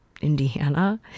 Indiana